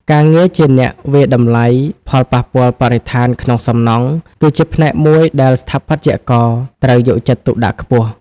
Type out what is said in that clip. ការងារជាអ្នកវាយតម្លៃផលប៉ះពាល់បរិស្ថានក្នុងសំណង់ គឺជាផ្នែកមួយដែលស្ថាបត្យករត្រូវយកចិត្តទុកដាក់ខ្ពស់។